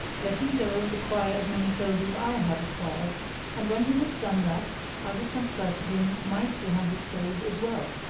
let him go and acquire as many souls as i have acquired and when he has done that i will transfer to him my three hundred souls as well.